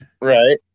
Right